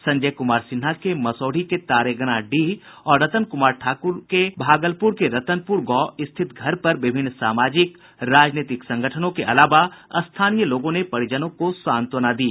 संजय कुमार सिन्हा के मसौढ़ी के तारेगना डीह और रतन कुमार ठाकुर के भागलपुर के रतनपुर गांव में स्थित घर पर विभिन्न सामाजिक राजनीतिक संगठनों के अलावा स्थानीय लोगों ने परिजनों को सांत्वना दी